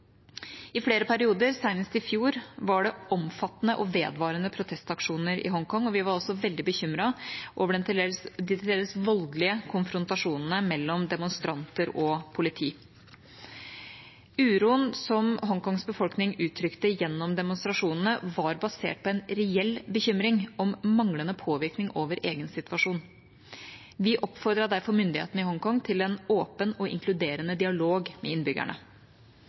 I flere perioder, senest i fjor, var det omfattende og vedvarende protestaksjoner i Hongkong, og vi var også veldig bekymret over de til dels voldelige konfrontasjonene mellom demonstranter og politi. Uroen som Hongkongs befolkning uttrykte gjennom demonstrasjonene, var basert på en reell bekymring om manglende påvirkning over egen situasjon. Vi oppfordret derfor myndighetene i Hongkong til en åpen og inkluderende dialog med innbyggerne.